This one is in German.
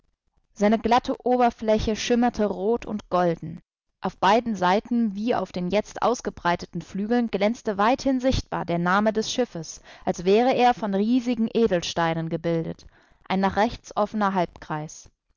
seine glatte oberfläche schimmerte rot und golden auf beiden seiten wie auf den jetzt ausgebreiteten flügeln glänzte weithin sichtbar der name des schiffes als wäre er von riesigen edelsteinen gebildet ein nach rechts offener